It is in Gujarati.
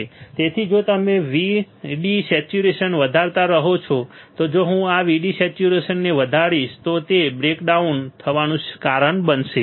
તેથી જો તમે VD saturation વધારતા રહો છો જો હું આ VD saturation ને વધારીશ તો તે બ્રેકડાઉન થવાનું કારણ બનશે